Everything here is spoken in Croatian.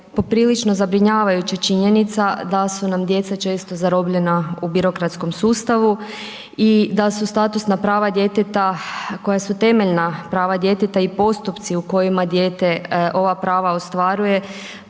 poprilično zabrinjavajuća činjenica da su nam djeca često zarobljena u birokratskom sustavu i da su statusna prava djeteta koja su temeljne prava djeteta i postupci u kojima dijete ova prava ostvaruje